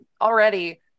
already